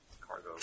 cargo